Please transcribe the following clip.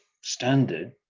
standard